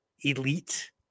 elite